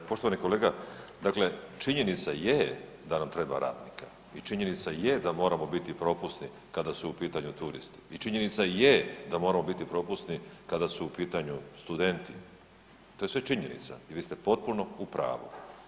Poštovani kolega, dakle činjenica je da nam treba radnika i činjenica je da moramo biti propusni kada su u pitanju turisti i činjenica je da moramo biti propusni kada su u pitanju studenti, to je sve činjenica, i vi ste potpuno u pravu.